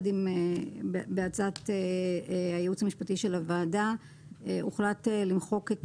ובעצת הייעוץ המשפטי של הוועדה הוחלט למחוק את